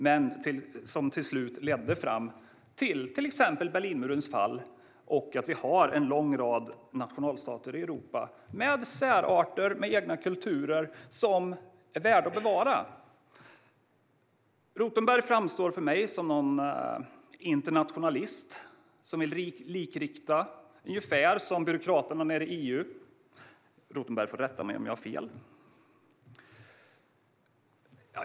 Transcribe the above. Men till slut ledde den fram till exempelvis Berlinmurens fall och att vi har en lång rad nationalstater i Europa med särarter och egna kulturer som är värda att bevara. Rothenberg framstår för mig som en internationalist som vill likrikta ungefär som byråkraterna nere i EU, men han får rätta mig om jag har fel.